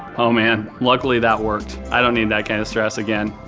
oh man, luckily that worked. i don't need that kinda stress again.